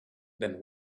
then